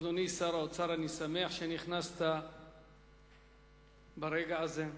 אדוני שר האוצר, אני שמח שנכנסת ברגע זה.